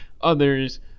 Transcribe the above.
Others